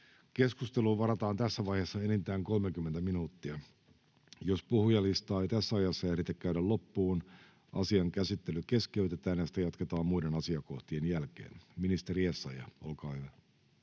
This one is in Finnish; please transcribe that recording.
Keskusteluun varataan tässä vaiheessa enintään 30 minuuttia. Jos puhujalistaa ei tässä ajassa ehditä käydä loppuun, asian käsittely keskeytetään ja sitä jatketaan muiden asiakohtien jälkeen. — Ministeri Essayah, olkaa hyvä.